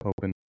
open